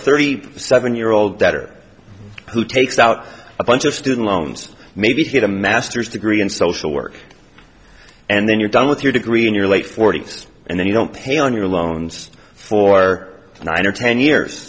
thirty seven year old daughter who takes out a bunch of student loans maybe get a master's degree in social work and then you're done with your degree in your late forty's and then you don't pay on your loans for nine or ten years